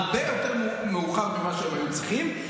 הרבה יותר מאוחר ממה שהם היו צריכים,